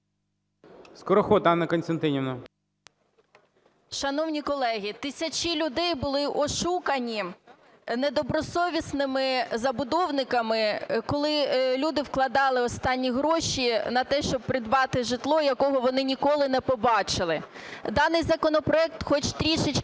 СКОРОХОД А.К. Шановні колеги, тисячі людей були ошукані недобросовісними забудовниками, коли люди вкладали останні гроші на те, щоб придбати житло, якого вони ніколи не побачили. Даний законопроект хоч трішечки